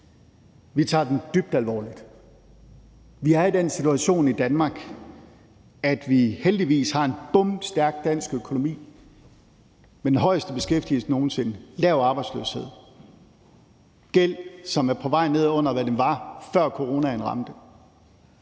Vi tager den dybt alvorligt. Vi er i den situation i Danmark, at vi heldigvis har en bomstærk dansk økonomi med den højeste beskæftigelse nogen sinde, lav arbejdsløshed og en gæld, som er på vej ned under, hvad den var, før coronaen ramte.